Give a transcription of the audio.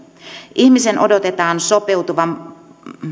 ihmisen odotetaan sopeutuvan